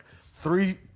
three